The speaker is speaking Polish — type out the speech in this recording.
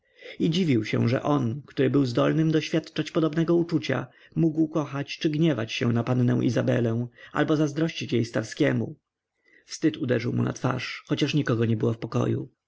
i dziwił się że on który był zdolnym doświadczać podobnego uczucia mógł kochać czy gniewać się na pannę izabelę albo zazdrościć jej starskiemu wstyd uderzył mu na twarz choć nikogo nie było w pokoju